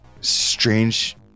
strange